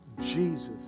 Jesus